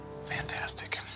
Fantastic